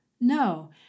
No